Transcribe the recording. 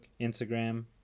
Instagram